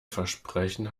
versprechen